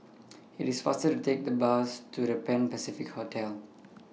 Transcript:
IT IS faster to Take The Bus to The Pan Pacific Hotel